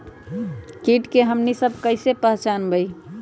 किट के हमनी सब कईसे पहचान बई?